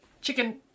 chicken